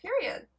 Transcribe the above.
Period